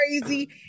crazy